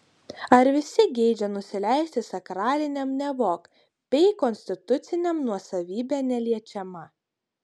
ar visi geidžia nusileisti sakraliniam nevok bei konstituciniam nuosavybė neliečiama